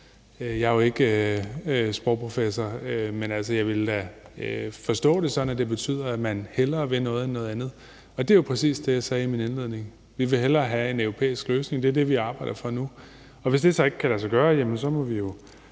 Jeg er jo ikke sprogprofessor, men jeg forstår det da sådan, at det betyder, at man hellere vil noget end noget andet. Og det var jo præcis det, jeg sagde i min indledning. Vi vil hellere have en europæisk løsning. Det er det, vi arbejder for nu. Og hvis det så ikke kan lade sig gøre, må vi jo